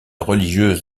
religieuse